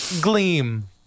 Gleam